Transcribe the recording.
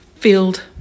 Field